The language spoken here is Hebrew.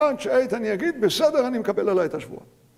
עד שאיתן יגיד, בסדר, אני מקבל עליי את השבוע.